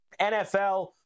NFL